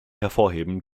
hervorheben